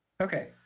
Okay